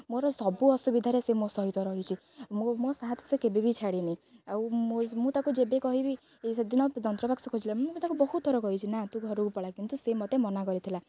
ମୋର ସବୁ ଅସୁବିଧାରେ ସେ ମୋ ସହିତ ରହିଛି ମୋ ମୋ ସାଥ ସେ କେବେ ବି ଛାଡ଼ିନି ଆଉ ମୁଁ ମୁଁ ତାକୁ ଯେବେ କହିବି ଏ ସେଦିନ ଯନ୍ତ୍ରବାକ୍ସ ଖୋଜିଲା ମୁଁ ତାକୁ ବହୁତ ଥର କହିଛି ନା ତୁ ଘରକୁ ପଳା କିନ୍ତୁ ସେ ମୋତେ ମନା କରିଥିଲା